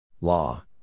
Law